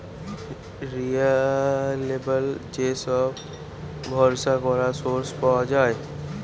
reliable যে সব ভরসা করা সোর্স পাওয়া যায়